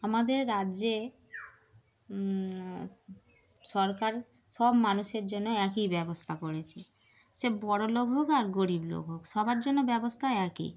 আমাদের রাজ্যে সরকার সব মানুষের জন্য একই ব্যবস্থা করেছে সে বড়লোক হোক আর গরিব লোক হোক সবার জন্য ব্যবস্থা একই